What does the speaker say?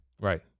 Right